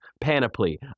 panoply